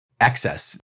Excess